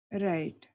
Right